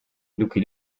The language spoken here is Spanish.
lucky